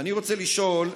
ואני רוצה לשאול: